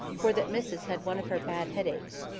for that missus had one of her bad headaches.